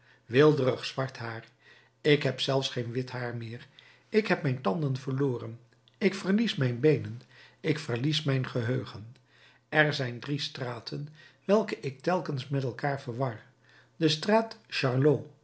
weelderig zwart haar ik heb zelfs geen wit haar meer ik heb mijn tanden verloren ik verlies mijn beenen ik verlies mijn geheugen er zijn drie straten welke ik telkens met elkaar verwar de straat charlot